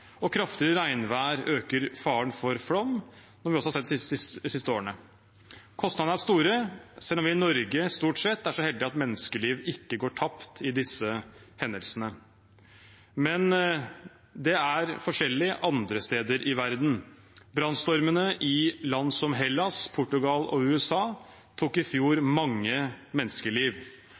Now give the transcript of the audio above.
og kraftigere regnvær øker faren for flom, noe vi også har sett de siste årene. Kostnadene er store, selv om vi i Norge stort sett er så heldige at menneskeliv ikke går tapt i disse hendelsene. Men det er annerledes andre steder i verden. Brannstormene i land som Hellas, Portugal og USA tok i fjor mange menneskeliv.